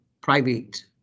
private